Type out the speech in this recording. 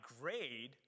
grade